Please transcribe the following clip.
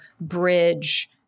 bridge